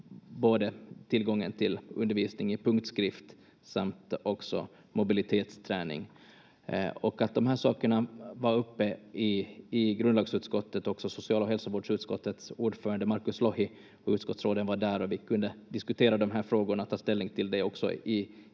både tillgången till undervisning i punktskrift samt också mobilitetsträning. De här sakerna var uppe i grundlagsutskottet. Också social- och hälsovårdsutskottets ordförande Markus Lohi och utskottsråden var där och vi kunde diskutera de här frågorna, ta ställning till det också